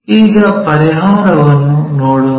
ಈಗ ಪರಿಹಾರವನ್ನು ನೋಡೋಣ